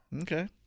Okay